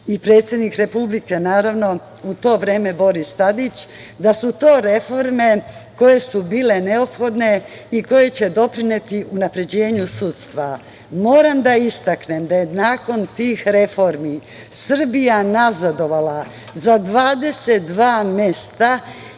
i predsednik Republike, naravno, u to vreme Boris Tadić, da su to reforme koje su bile neophodne i koje će doprineti unapređenju sudstva. Moram da istaknem da je nakon tih reformi Srbija nazadovala za 22 mesta,